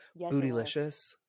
Bootylicious